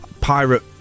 pirate